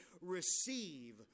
receive